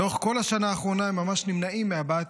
לאורך כל השנה האחרונה הם ממש נמנעים מהבעת